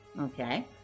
Okay